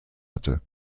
hatte